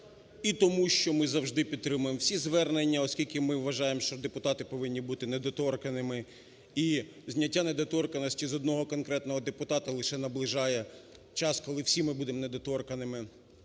тому що ми завжди підтримуємо всі звернення, оскільки ми вважаємо, що депутати повинні бути недоторканними. І зняття недоторканності з одного конкретного депутата лише наближає час, коли ми всі будемо недоторканними.